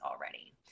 already